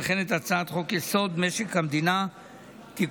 וכן את הצעת חוק-יסוד: משק המדינה (תיקון